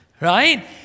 right